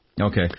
Okay